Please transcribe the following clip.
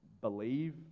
believe